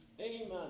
Amen